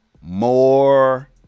more